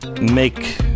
Make